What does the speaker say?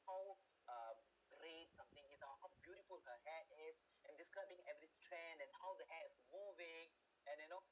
how uh great something you know how beautiful her hair is and describing every trend and how the hair is moving and you know